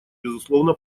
безусловно